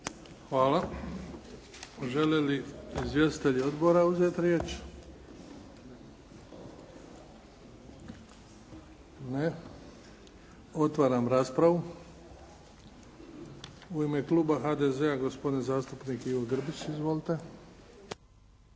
Hvala. Žele li izvjestitelji odbora uzeti riječ? Ne. Otvaram raspravu. U ime Kluba HDZ-a gospodin zastupnik Ivo Grbić. Izvolite.